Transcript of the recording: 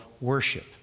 worship